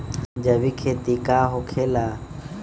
जैविक खेती का होखे ला?